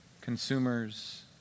Consumers